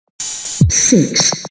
six